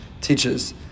teaches